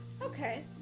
okay